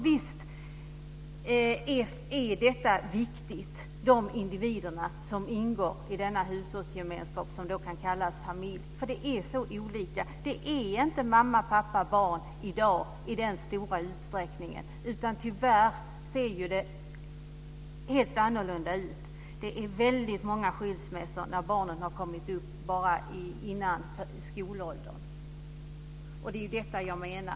Visst är de individer viktiga som ingår i den hushållsgemenskap som kan kallas för familj. Men det är så olika i det avseendet. I dag är det i stor utsträckning inte fråga om mamma, pappa och barn, utan det ser, tyvärr, helt annorlunda ut numera. Det är väldigt många skilsmässor innan barnen når skolåldern. Det är detta jag avser.